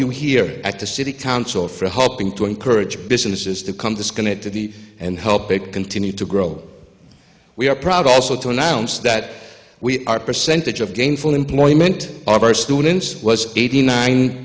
you here at the city council for helping to encourage businesses to come this going to add to the and help it continued to grow we are proud also to announce that we are percentage of gainful employment of our students was eighty nine